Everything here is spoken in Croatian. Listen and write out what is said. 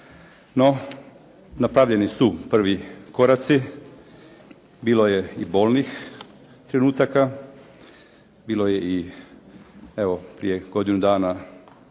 No, napravljeni su prvi koraci. Bilo je i bolnih trenutaka, bilo je i evo, prije godinu dana